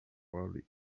early